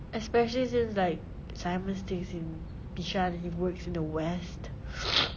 especially since like simon stays in bishan and he works in the west